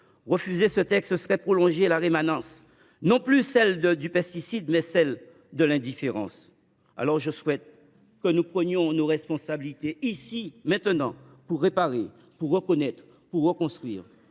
refuser ce texte, ce serait prolonger la rémanence non plus du pesticide, mais de l’indifférence. Je souhaite que nous prenions nos responsabilités, ici et maintenant, pour réparer, pour reconnaître, pour reconstruire.